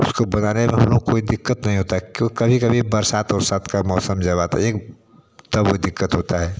उसको बनाने में हम लोग कोई दिक्कत नहीं होता है क्यों कभी कभी बरसात उरसात का मौसम जब आता एक तब वह दिक्कत होता है